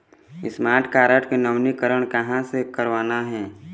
Smart card के नवीनीकरण कहां से करवाना हे?